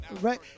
Right